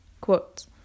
quote